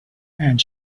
and